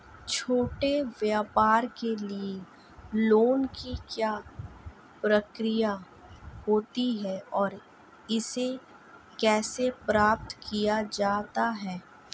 छोटे व्यापार के लिए लोंन की क्या प्रक्रिया होती है और इसे कैसे प्राप्त किया जाता है?